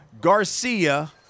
Garcia